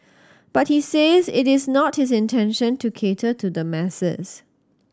but he says it is not his intention to cater to the masses